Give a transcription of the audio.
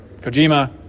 Kojima